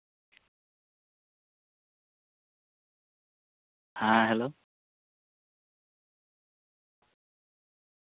ᱦᱮᱸ ᱦᱮᱞᱳ